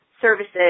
services